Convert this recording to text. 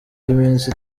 y’iminsi